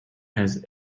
has